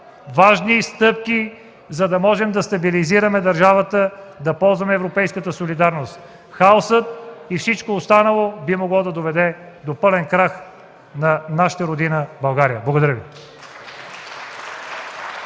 важни стъпки, за да можем да стабилизираме държавата да ползва европейската солидарност. Хаосът и всичко останало би могло да доведе до пълен крах на нашата Родина България. Благодаря Ви.